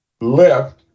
left